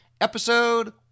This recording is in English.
episode